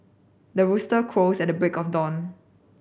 the rooster crows at the break of dawn